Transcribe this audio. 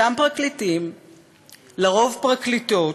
אותם פרקליטים, לרוב, פרקליטות,